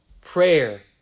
Prayer